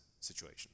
situation